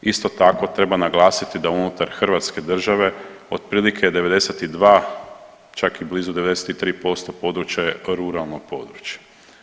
Isto tako treba naglasiti da unutar Hrvatske države otprilike 92 čak i blizu 93% područja je ruralno područje.